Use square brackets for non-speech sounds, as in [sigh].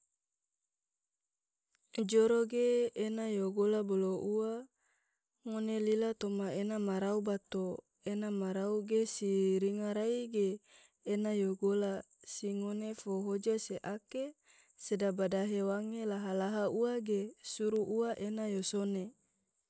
[noise] joro ge ena yo gola bolo ua ngone lila toma ena ma rau bato, ena ma rau ge si ringa rai ge ena yo gola, si ngone fo hoja se ake sedaba dahe wange laha-laha ua ge suru ua ena yo sone. [noise]